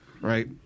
right